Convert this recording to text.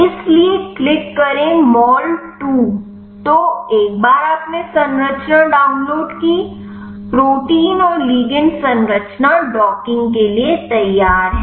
इसलिए क्लिक करें mol 2 तो एक बार आपने संरचना डाउनलोड की प्रोटीन और लिगंड संरचना डॉकिंग के लिए तैयार है